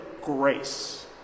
Grace